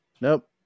Nope